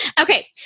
Okay